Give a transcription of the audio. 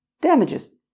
damages